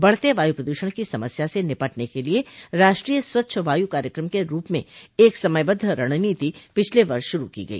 बढ़ते वायु प्रदूषण की समस्या से निपटने के लिए राष्ट्रीय स्वच्छ वायु कार्यक्रम के रूप में एक समयबद्ध रणनीति पिछले वर्ष शुरू की गई